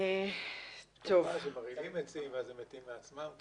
העצים מתים מעצמם.